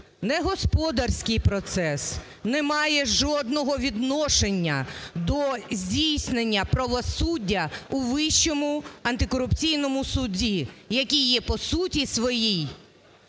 господарський процес не мають жодного відношення до здійснення правосуддя у Вищому антикорупційному суді, який є по суті своїй